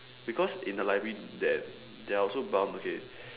because in the library there there are also bound okay